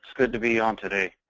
good to be on today.